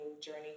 journey